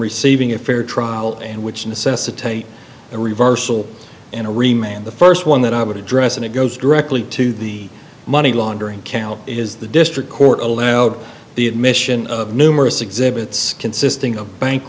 receiving a fair trial and which necessitate a reversal and a remain the first one that i would address and it goes directly to the money laundering count it is the district court allowed the admission of numerous exhibits consisting of bank